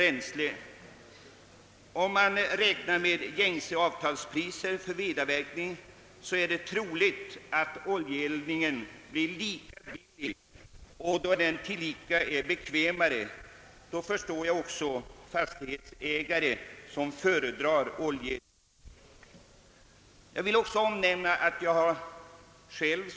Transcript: Ja, räknat med gängse avtalspriser för vedavverkning är det troligt att oljeeldningen blir lika billig som vedeldningen, och eftersom den dessutom är mera bekväm förstår jag de fastighetsägare som föredrar oljeeldning.